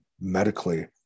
medically